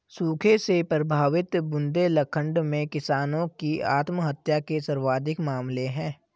सूखे से प्रभावित बुंदेलखंड में किसानों की आत्महत्या के सर्वाधिक मामले है